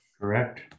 Correct